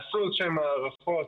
עשו הערכות